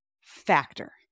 Factor